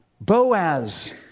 Boaz